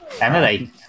Emily